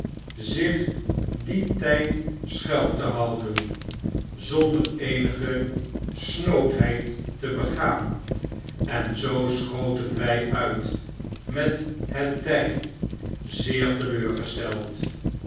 zich dien tyd schuil te houden zonder eenige snoodheid te begaan en zoo schoten wij uit met het tij zeer